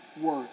work